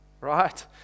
right